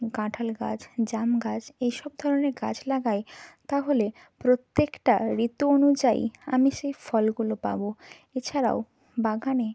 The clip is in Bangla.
কাঁঠাল গাছ জাম গাছ এইসব ধরনের গাছ লাগাই তাহলে প্রত্যেকটা ঋতু অনুযায়ী আমি সেই ফলগুলো পাবো এছাড়াও বাগানে